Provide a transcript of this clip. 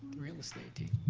real estate team.